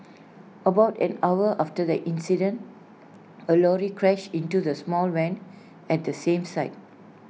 about an hour after the incident A lorry crashed into the small van at the same site